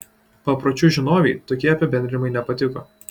papročių žinovei tokie apibendrinimai nepatiko